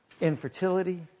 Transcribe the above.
infertility